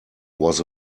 was